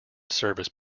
service